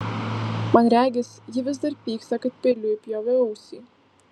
man regis ji vis dar pyksta kad peiliu įpjoviau ausį